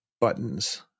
buttons